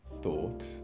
thought